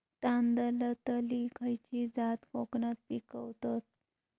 तांदलतली खयची जात कोकणात पिकवतत?